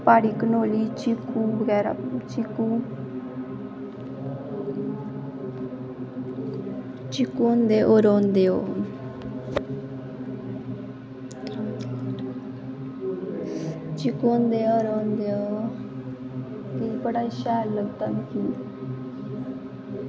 प्हाड़ी कनोली चीकू बगैरा चीकू होंदे होर होंदे ओह् बड़ा सैल लगदा मिगी